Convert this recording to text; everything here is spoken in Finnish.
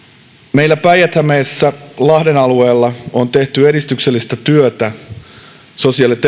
meillä päijät hämeessä lahden alueella on tehty edistyksellistä työtä sosiaali ja